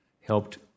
helped